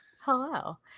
Hello